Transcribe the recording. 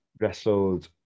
wrestled